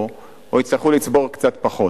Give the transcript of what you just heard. או יצטרכו לצבור קצת פחות.